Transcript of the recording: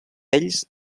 ells